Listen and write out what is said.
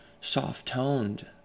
soft-toned